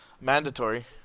mandatory